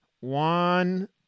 one